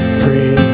free